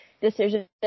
decision